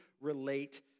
relate